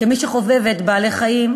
כמי שחובבת בעלי-חיים,